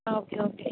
ആ okay okay